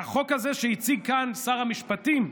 והחוק הזה שהציג כאן שר המשפטים,